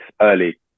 early